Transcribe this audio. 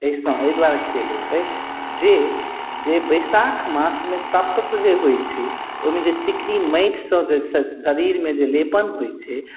एहिसँ एहिदुआरे खेल होइत अछि जे जे वैशाख मासमे तत्वक जे होइत छै ओहिमे चिकनी माटिसँ शरीरमे जे लेपन होइत छै